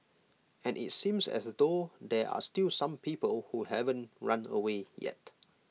and IT seems as though there are still some people who haven't run away yet